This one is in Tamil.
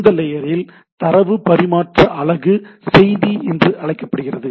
இந்த லேயரில் தரவு பரிமாற்ற அலகு 'செய்தி' என்று அழைக்கப்படுகிறது